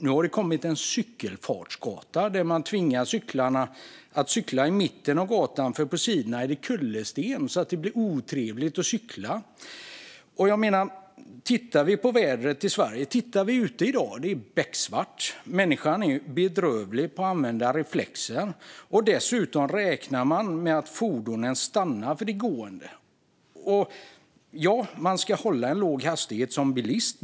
Nu har det kommit en cykelfartsgata, där man tvingar cyklisterna att cykla i mitten av gatan. På sidorna är det kullersten, så där blir det otrevligt att cykla. Vi kan titta på vädret i Sverige. I dag är det becksvart ute. Människan är bedrövlig på att använda reflexer. Dessutom räknar man med att fordon stannar för de gående. Ja, man ska hålla en låg hastighet som bilist.